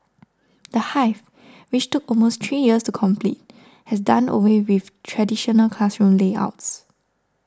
the Hive which took almost three years to complete has done away with traditional classroom layouts